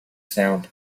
sound